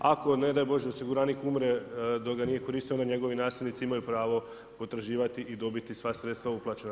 Ako ne daj bože osiguranik umre dok ga nije koristio onda njegovi nasljednici imaju pravo potraživati i dobiti sva sredstva uplaćena.